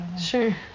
Sure